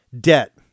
Debt